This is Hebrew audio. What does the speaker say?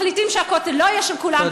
מחליטים שהכותל לא יהיה של כולם,